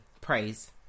praise